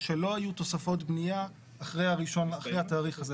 שלא יהיו תוספות בנייה אחרי התאריך הזה,